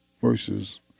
versus